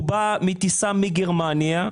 הוא בא מטיסה מגרמניה.